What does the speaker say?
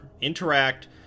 interact